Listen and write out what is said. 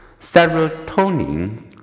serotonin